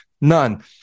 None